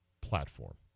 platform